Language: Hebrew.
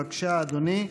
בבקשה, אדוני.